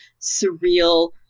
surreal